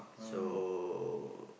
so